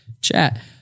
chat